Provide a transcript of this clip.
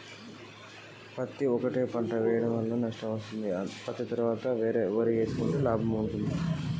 పత్తి సరి ఒకటే పంట ని వేయడం వలన లాభమా నష్టమా?